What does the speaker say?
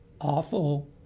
awful